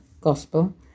Gospel